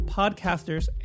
podcasters